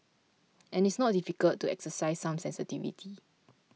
and it's not difficult to exercise some sensitivity